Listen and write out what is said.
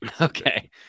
Okay